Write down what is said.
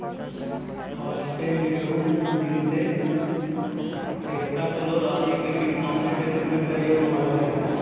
phosphamidon, lindane, heptachlor आदि के कीटनाशक के रूप में प्रयोग होवऽ हई